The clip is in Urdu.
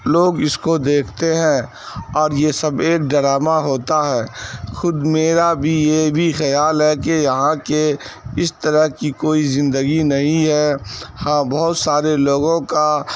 لوگ اس کو دیکھتے ہیں اور یہ سب ایک ڈرامہ ہوتا ہے خود میرا بھی یہ بھی خیال ہے کہ یہاں کے اس طرح کی کوئی زندگی نہیں ہے ہاں بہت سارے لوگوں کا